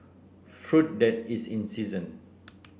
fruit that is in season